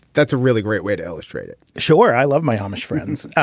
that's a really great way to illustrate it sure. i love my amish friends. yeah